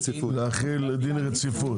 להחיל דין רציפות,